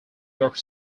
york